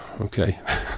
okay